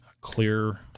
clear